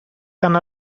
tant